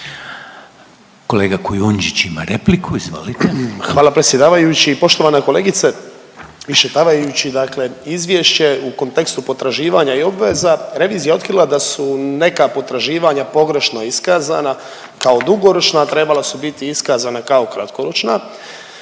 Kolega Kujundžić ima repliku, izvolite. **Kujundžić, Ante (MOST)** Hvala predsjedavajući. Poštovana kolegice. Iščitavajući izvješće u kontekstu potraživanja i obveza revizija je otkrila da su neka potraživanja pogrešno iskazana kao dugoročno, a trebala su biti iskazana kao kratkoročna